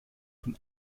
von